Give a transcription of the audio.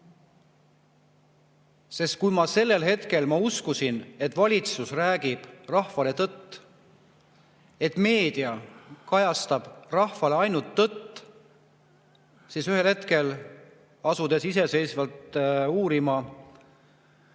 kõik. Kui sellel hetkel ma uskusin, et valitsus räägib rahvale tõtt ja meedia edastab rahvale ainult tõtt, siis ühel hetkel, asudes iseseisvalt uurima selliseid